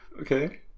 Okay